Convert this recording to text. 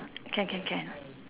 can can can